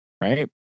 right